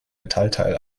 metallteil